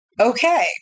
okay